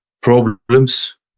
problems